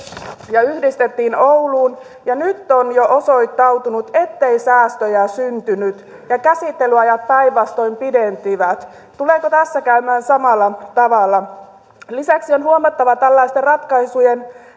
ja yhdistettiin ouluun ja nyt on jo osoittautunut ettei säästöjä syntynyt ja että käsittelyajat päinvastoin pidentyivät tuleeko tässä käymään samalla tavalla lisäksi on huomattava tällaisten ratkaisujen